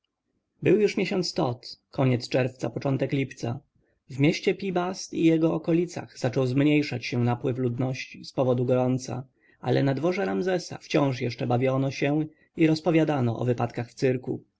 był już miesiąc tot koniec czerwca początek lipca w mieście pi-bast i jego okolicach zaczął zmniejszać się napływ ludności z powodu gorąca ale na dworze ramzesa wciąż jeszcze bawiono się i rozpowiadano o wypadkach w cyrku